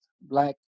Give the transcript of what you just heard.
black